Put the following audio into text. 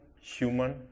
human